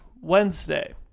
Wednesday